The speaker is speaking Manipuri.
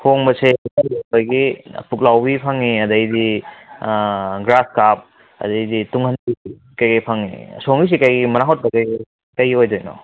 ꯍꯣꯡꯕꯁꯦ ꯄꯨꯛꯂꯥꯎꯕꯤ ꯐꯪꯉꯦ ꯑꯗꯩꯗꯤ ꯒ꯭ꯔꯥꯁ ꯀꯥꯞ ꯑꯗꯩꯗꯤ ꯇꯨꯡꯍꯟꯕꯤꯁꯨ ꯀꯩꯀꯩ ꯐꯪꯉꯦ ꯁꯣꯝꯒꯤꯁꯤ ꯀꯩꯀꯩ ꯀꯩ ꯑꯣꯏꯗꯣꯏꯅꯣ